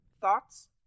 thoughts